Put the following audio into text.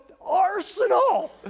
arsenal